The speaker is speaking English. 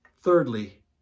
Thirdly